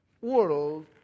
world